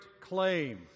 claim